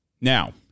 Now